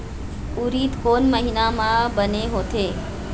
उरीद कोन महीना म बने होथे?